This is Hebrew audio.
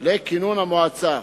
לכינון המועצה.